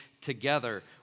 together